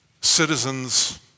citizens